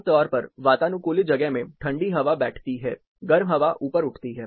आमतौर पर वातानुकूलित जगह में ठंडी हवा बैठती है गर्म हवा ऊपर उठती है